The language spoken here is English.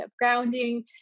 grounding